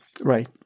right